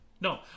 No